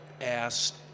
asked